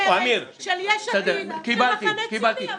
אגב אמיר אני במקומך הייתי מתנגד --- הוא לא יודע מה שהוא אומר.